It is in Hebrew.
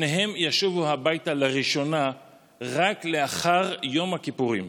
שניהם ישובו הביתה לראשונה רק לאחר יום הכיפורים.